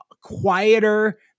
quieter